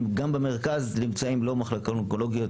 גם במרכז נמצאים לא במחלקות אונקולוגיות,